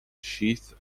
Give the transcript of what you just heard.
sheath